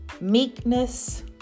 meekness